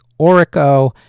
Orico